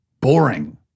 boring